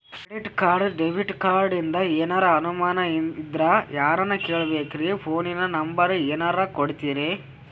Credit card, debit ಕಾರ್ಡಿಂದ ಏನರ ಅನಮಾನ ಇದ್ರ ಯಾರನ್ ಕೇಳಬೇಕ್ರೀ, ಫೋನಿನ ನಂಬರ ಏನರ ಕೊಡ್ತೀರಿ?